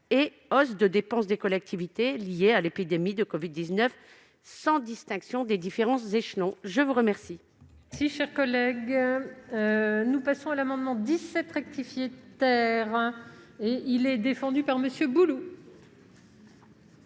des hausses de dépenses des collectivités liées à l'épidémie de covid-19, sans distinction entre les différents échelons. Les six